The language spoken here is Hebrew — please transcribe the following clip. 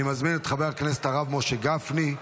אני מזמין את חבר הכנסת הרב משה גפני,